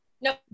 No